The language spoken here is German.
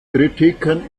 kritiken